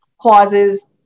clauses